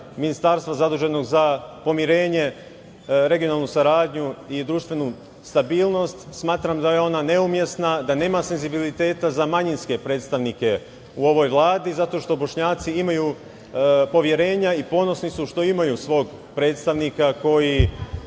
Ministarstva zaduženog za pomirenje, regionalnu saradnju i društvenu stabilnost. Smatram da je ona neumesna, da nema senzibiliteta za manjinske predstavnike u ovoj Vladi zato što Bošnjaci imaju poverenja i ponosni su što imaju svog predstavnika koji